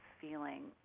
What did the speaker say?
feeling